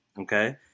okay